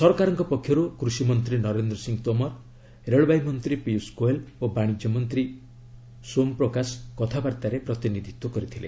ସରକାରଙ୍କ ପକ୍ଷରୁ କୃଷିମନ୍ତ୍ରୀ ନରେନ୍ଦ୍ର ସିଂହ ତୋମର ରେଳବାଇ ମନ୍ତ୍ରୀ ପୀୟୁଷ ଗୋଏଲ ଓ ବାଶିଜ୍ୟ ରାଷ୍ଟ୍ରମନ୍ତ୍ରୀ ସୋମପ୍ରକାଶ କଥାବାର୍ତ୍ତାରେ ପ୍ରତିନିଧିତ୍ୱ କରିଥିଲେ